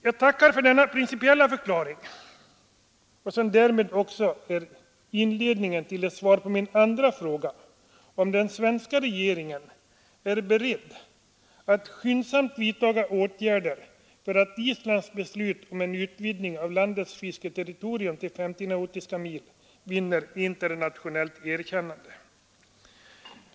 Jag tackar för denna principiella förklaring, som också utgör inledningen till svaret på min andra fråga, om den svenska regeringen är beredd att skyndsamt vidtaga åtgärder för att Islands beslut om en utvidgning av landets fisketerritorium till 50 nautiska mil vinner internationellt erkännande.